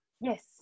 Yes